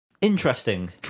Interesting